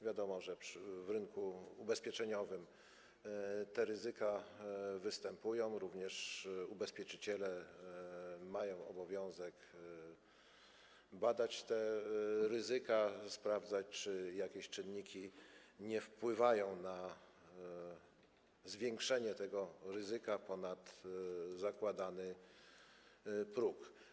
Wiadomo, że na rynku ubezpieczeniowym to ryzyko występuje, również ubezpieczyciele mają obowiązek badać to ryzyko, sprawdzać, czy jakieś czynniki nie wpływają na zwiększenie tego ryzyka ponad zakładany próg.